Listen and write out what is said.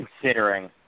considering